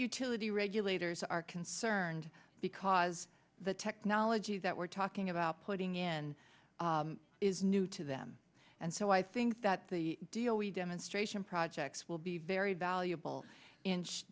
utility regulators are concerned because the technology that we're talking about putting in is new to them and so i think that the deal we demonstration projects will be very valuable inch